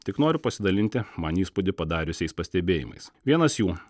tik noriu pasidalinti man įspūdį padariusiais pastebėjimais vienas jų